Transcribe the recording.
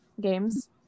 games